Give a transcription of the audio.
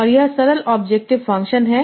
और यह सरल ऑब्जेक्टिव फंक्शन है